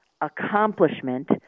accomplishment